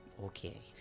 Okay